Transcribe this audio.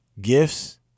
gifts